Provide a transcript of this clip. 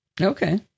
Okay